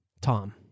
Tom